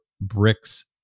bricks